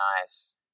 nice